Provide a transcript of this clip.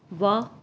ਵਾਹ